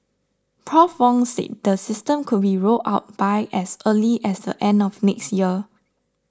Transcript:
Prof Wong said the system could be rolled out by as early as the end of next year